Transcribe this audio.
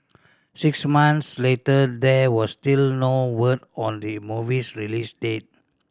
six months later there was still no word on the movie's release date